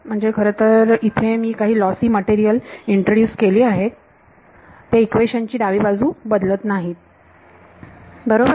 म्हणजे खरंतर इथे मी काही लॉसी मटेरियल इंट्रोड्युस केली आहेत ती त्या इक्वेशन ची डावी बाजू बदलत नाहीत बरोबर